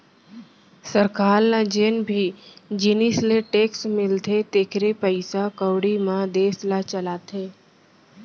सरकार ल जेन भी जिनिस ले टेक्स मिलथे तेखरे पइसा कउड़ी म देस ल चलाथे